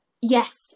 yes